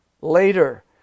later